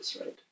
right